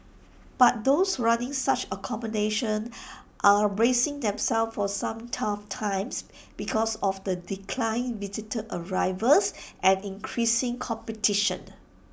but those running such accommodation are bracing themselves for some tough times because of declining visitor arrivals and increasing competition